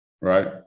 right